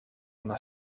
naar